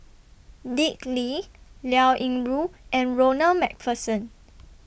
Dick Lee Liao Yingru and Ronald MacPherson